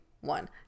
one